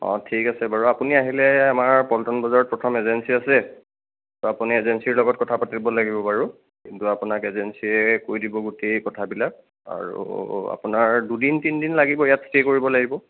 অঁ ঠিক আছে বাৰু আপুনি আহিলে আমাৰ পল্টন বজাৰত প্ৰথম এজেঞ্চী আছে আপুনি এজেঞ্চীৰ লগত কথা পাতিব লাগিব বাৰু কিন্তু আপোনাক এজেঞ্চীয়ে কৈ দিব গোটেই কথাবিলাক আৰু আপোনাৰ দুদিন তিনি দিন লাগিব ইয়াত ষ্টে' কৰিব লাগিব